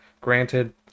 Granted